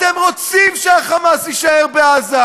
אתם רוצים שה"חמאס" יישאר בעזה,